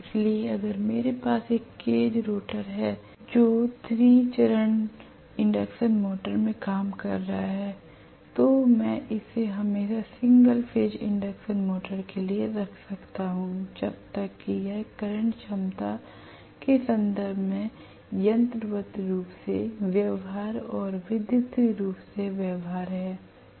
इसलिए अगर मेरे पास एक केज रोटर है जो 3 चरण इंडक्शन मोटर में काम कर रहा है तो मैं इसे हमेशा सिंगल फेज इंडक्शन मोटर के लिए रख सकता हूं जब तक कि यह करंट क्षमता के संदर्भ में यंत्रवत् रूप से व्यवहार्य और विद्युत रूप से व्यवहार्य है